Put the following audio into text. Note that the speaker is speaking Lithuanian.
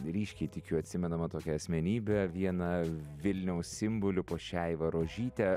ryškiai tikiu atsimenamą tokią asmenybę vieną vilniaus simbolių puošeivą rožytę